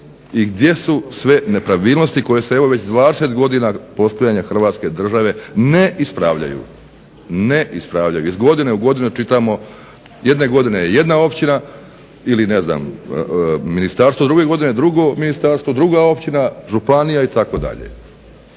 gdje su sve nepravilnosti koje se evo već 20 godina postojanja Hrvatske države ne ispravljaju. Iz godine u godinu čitamo jedne godine je jedna općina ili ne znam ministarstvo, a druge godine drugo ministarstvo, druga općina, županija itd.